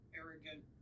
arrogant